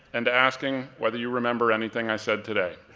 and asking whether you remember anything i said today.